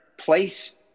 place